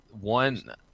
one